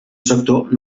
sector